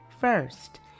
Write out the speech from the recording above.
first